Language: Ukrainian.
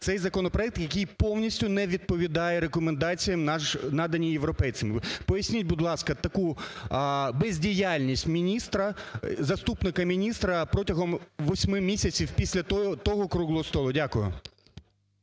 цей законопроект, який повністю не відповідає рекомендаціям, наданими европейцами. Поясність, будь ласка, таку бездіяльність міністра, заступника міністра протягом восьми місяців після того круглого столу? Дякую.